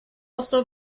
also